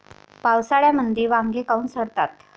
पावसाळ्यामंदी वांगे काऊन सडतात?